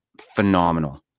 phenomenal